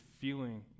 feeling